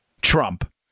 Trump